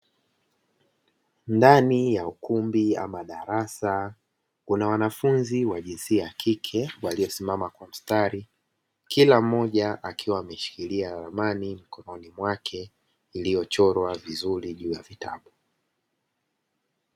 Ndani ya ukumbi ama darasa, kuna wanafunzi wa jinsia ya kike waliosimama kwa mstari, kila mmoja akiwa ameshikilia ramani mkononi mwake iliyochorwa vizuri juu ya vitabu.